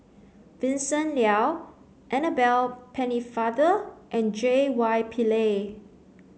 Vincent Leow Annabel Pennefather and J Y Pillay